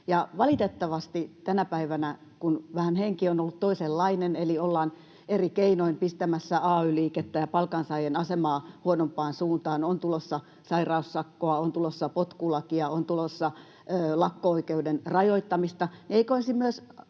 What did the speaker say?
Valitettavasti tänä päivänä henki on ollut vähän toisenlainen, eli ollaan eri keinoin pistämässä ay-liikettä ja palkansaajien asemaa huonompaan suuntaan: on tulossa sairaussakkoa, on tulossa potkulakia, on tulossa lakko-oikeuden rajoittamista. Eikö